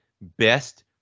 best